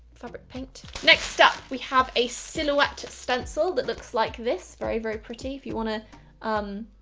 fabric paint. next up we have a silhouette stencil that looks like this, very very pretty if you want to um,